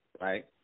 right